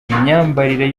imyambarire